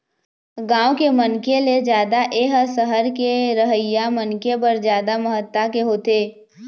गाँव के मनखे ले जादा ए ह सहर के रहइया मनखे बर जादा महत्ता के होथे